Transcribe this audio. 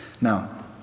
Now